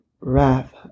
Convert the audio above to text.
wrath